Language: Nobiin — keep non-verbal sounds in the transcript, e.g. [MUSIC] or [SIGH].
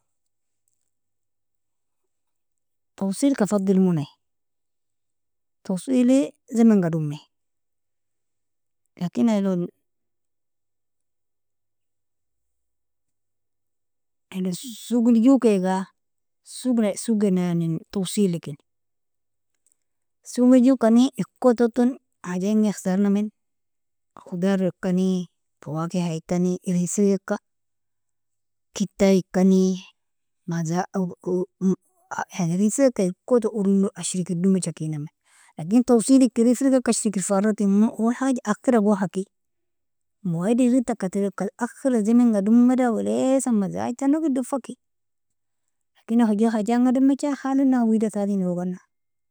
Tawsilka fadeilmun ai, tawsili zimanga dummi, lakin ailon sugil jukeaga [HESITATION] sug sug gena yani in tawsil lekin, sugil jukani irkototon hajainga ikhtarnamen, khodara ikani, fawakeha ikani, irin firgeka, kitta ikani [HESITATION] yani irin firgeka irkoto urinog ashrikir dummecha kinamie, lakin tawsil ika irin firgeka ashrikir fa aratimmun, اول حاجة akhiragon haki مواعيد irin taka tireka akhira zemenga dumeda weleassan mazajtanog ido faki, lakin ai hajo haja'nga dummecha, halana hawida tali no'gana.